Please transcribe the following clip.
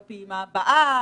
בפעימה הבאה,